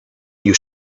new